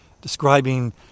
describing